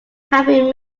having